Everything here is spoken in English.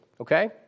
okay